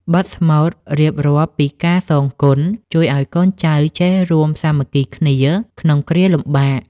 បទស្មូតរៀបរាប់ពីការសងគុណ ជួយឱ្យកូនចៅចេះរួមសាមគ្គីគ្នាក្នុងគ្រាទុក្ខលំបាក។